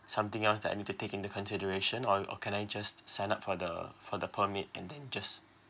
something else that I need to take into consideration or or can I just sign up for the for the permit and then just